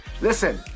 Listen